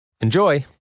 Enjoy